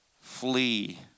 flee